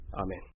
Amen